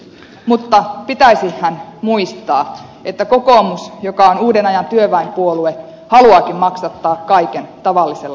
mutta pitäisihän muistaa että kokoomus joka on uuden ajan työväenpuolue haluaakin maksattaa kaiken tavallisella kansalla